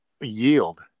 yield